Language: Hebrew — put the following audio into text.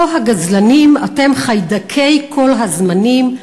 הו, הגזלנים, אתם חיידקי כל הזמנים.